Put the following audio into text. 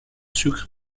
sucre